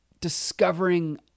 discovering